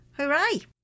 hooray